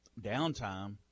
downtime